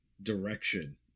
direction